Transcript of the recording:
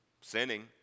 sinning